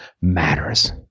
matters